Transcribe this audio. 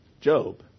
Job